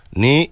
ni